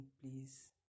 please